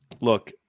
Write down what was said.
look